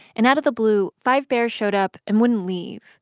and out of the blue, five bears showed up and wouldn't leave.